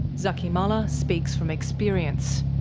zaky mallah speaks from experience.